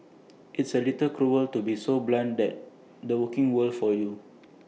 it's A little cruel to be so blunt but that's the working world for you